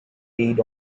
feed